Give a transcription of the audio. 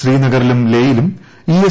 ശ്രീനഗറിലും ലേയിലും E S